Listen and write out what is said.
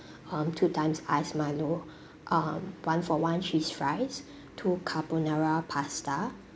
um two times ice Milo um one for one cheese fries two carbonara pasta